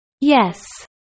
Yes